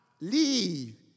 Leave